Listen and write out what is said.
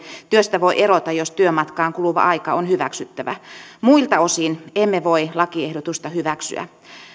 työstä voi erota jos työmatkaan kuluva aika on hyväksyttävä muilta osin emme voi lakiehdotusta hyväksyä